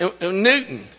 Newton